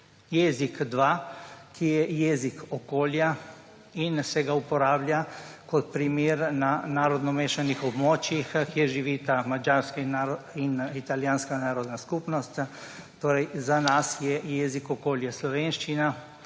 jezik 2, ki je jezik okolja in se ga uporablja kot na primer na narodno mešanih območjih, kjer živita madžarska in italijanska narodna skupnost. Torej za nas je jezik okolja slovenščina,